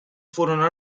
furono